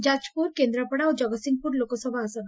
ଯାକପୁର କେନ୍ଦ୍ରାପଡ଼ା ଓ କଗତସିଂହପୁର ଲୋକସଭା ଆସନ